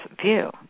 view